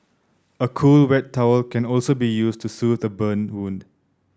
a cool wet towel can also be used to soothe burn wound